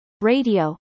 radio